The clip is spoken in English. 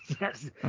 yes